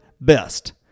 best